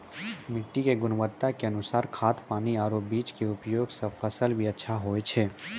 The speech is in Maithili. मिट्टी के गुणवत्ता के अनुसार खाद, पानी आरो बीज के उपयोग सॅ फसल भी अच्छा होय छै